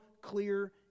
clear